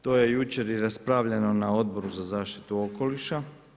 To je jučer i raspravljeno na Odboru za zaštitu okoliša.